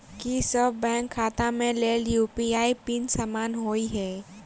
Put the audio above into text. की सभ बैंक खाता केँ लेल यु.पी.आई पिन समान होइ है?